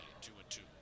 two-and-two